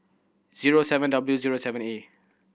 zero seven W zero seven A